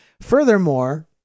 furthermore